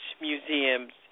Museums